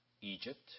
Egypt